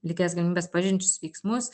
lygias galimybes pažeidžiančius veiksmus